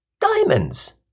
Diamonds